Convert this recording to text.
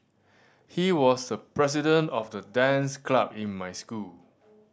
he was the president of the dance club in my school